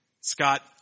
Scott